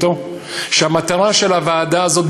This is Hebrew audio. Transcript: כשהמטרה של הוועדה הזאת,